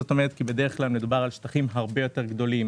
בדרך כלל מדובר על שטחים הרבה יותר גדולים